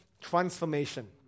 transformation